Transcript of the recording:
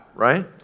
right